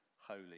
holy